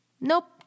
Nope